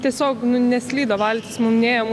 tiesiog nu neslydo valtis mum nėjo